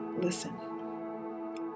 listen